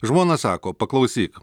žmona sako paklausyk